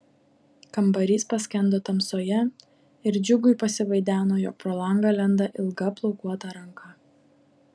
kambarys paskendo tamsoje ir džiugui pasivaideno jog pro langą lenda ilga plaukuota ranka